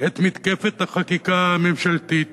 את מתקפת החקיקה הממשלתית